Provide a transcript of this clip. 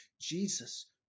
Jesus